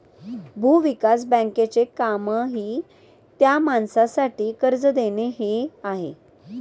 भूविकास बँकेचे कामही त्या माणसासाठी कर्ज देणे हे आहे